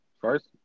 First